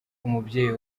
umubyeyi